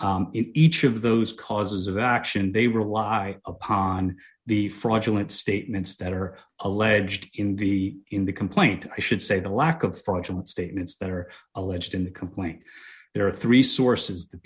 in each of those causes of action they rely upon the fraudulent statements that are alleged in the in the complaint i should say the lack of fraudulent statements that are alleged in the complaint there are three sources the